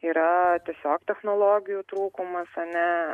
yra tiesiog technologijų trūkumas a ne